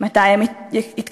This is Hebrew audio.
מתי הם יתקבלו,